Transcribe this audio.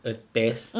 a test